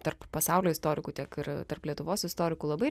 tarp pasaulio istorikų tiek ir tarp lietuvos istorikų labai